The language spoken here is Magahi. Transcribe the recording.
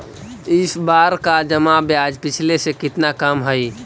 इस बार का जमा ब्याज पिछले से कितना कम हइ